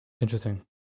Interesting